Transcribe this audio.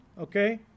Okay